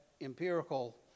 empirical